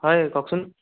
হয় কওকচোন